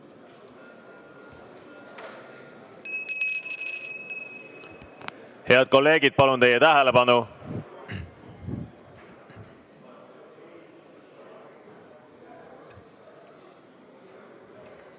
Head kolleegid, palun teie tähelepanu!